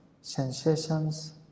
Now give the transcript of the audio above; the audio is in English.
sensations